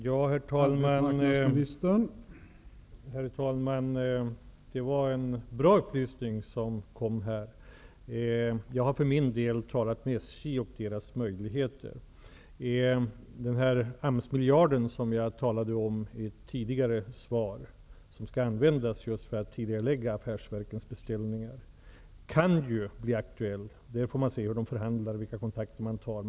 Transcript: Herr talman! Det var en bra upplysning som gavs här. Jag har för min del talat med SJ om deras möjligheter. Den AMS-miljard som jag nämnde i ett tidigare svar, som skall användas just för att tidigarelägga affärsverkens beställningar, kan bli aktuell. Vi får se hur de förhandlar och vilka kontakter som tas.